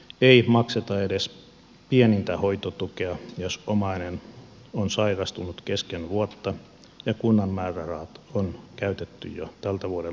ei makseta edes pienintä hoitotukea jos omainen on sairastunut kesken vuotta ja kunnan määrärahat on käytetty jo tältä vuodelta loppuun